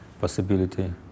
possibility